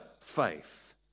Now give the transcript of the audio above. faith